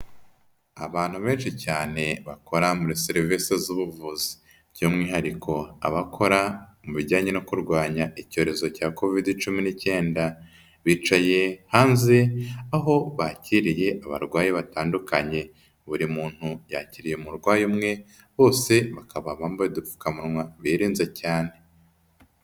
Abantu benshi cyane bakora muri serivisi z'ubuvuzi by'umwihariko abakora mu bijyanye no kurwanya icyorezo cya covid cumi n'icyenda. Bicaye hanze, aho bakiriye abarwayi batandukanye. Buri muntu yakiriye umurwayi umwe, bose bakaba bambaye udupfukamunwa birinze cyane.